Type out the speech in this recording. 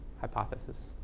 hypothesis